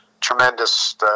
tremendous